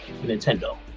Nintendo